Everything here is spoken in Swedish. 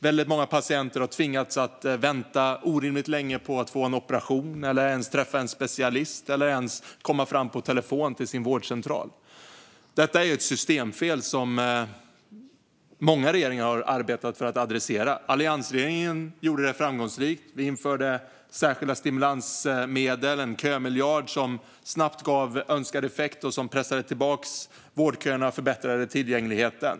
Väldigt många patienter har tvingats vänta orimligt länge på att få en operation, träffa en specialist eller ens komma fram på telefon till sin vårdcentral. Detta är ett systemfel som många regeringar har arbetat för att ta sig an. Alliansregeringen gjorde det framgångsrikt. Vi införde särskilda stimulansmedel i form av en kömiljard som snabbt gav önskad effekt och pressade tillbaka vårdköerna och förbättrade tillgängligheten.